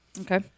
Okay